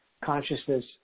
consciousness